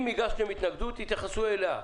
אם הגשתם התנגדות יתייחסו אליה.